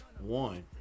One